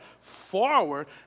forward